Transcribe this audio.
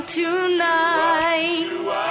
tonight